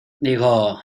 digo